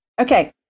okay